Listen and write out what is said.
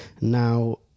Now